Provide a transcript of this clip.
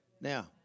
now